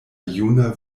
juna